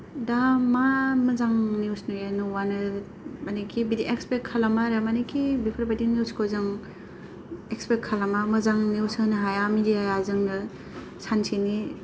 दा मा मोजां निउस नुयो नुवानो माने एकेबारे एक्सपेक खालामा आरो मानेखि बेफोरबायदि निउसखौ जों एक्सपेक्त खालामा मोजां निउस होनो हाया मिडियाया जोंनो सानसेनि